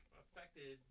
affected